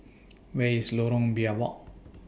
Where IS Lorong Biawak